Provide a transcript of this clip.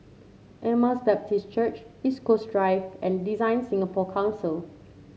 Emmaus Baptist Church East Coast Drive and DesignSingapore Council